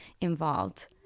involved